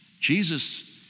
Jesus